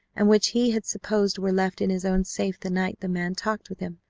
and which he had supposed were left in his own safe the night the man talked with him,